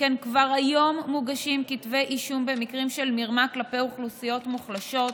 שכן כבר היום מוגשים כתבי אישום במקרים של מרמה כלפי אוכלוסיות מוחלשות,